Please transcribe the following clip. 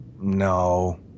no